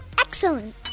Excellent